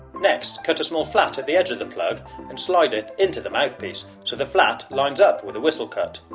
next cut a small flat at the edge of the plug and slide it into the mouthpiece so the flat lines up with the whistle cut,